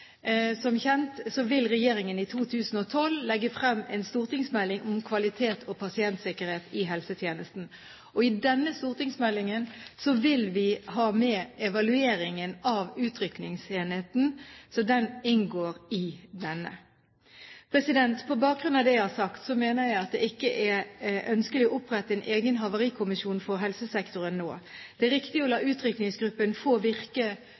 som kjent, i 2012 legge frem en stortingsmelding om kvalitet og pasientsikkerhet i helsetjenesten. I den stortingsmeldingen vil vi ha med evalueringen av utrykningsenheten, så den inngår i denne. På bakgrunn av det jeg har sagt, mener jeg at det ikke er ønskelig å opprette en egen havarikommisjon for helsesektoren nå. Det er riktig å la utrykningsgruppen få virke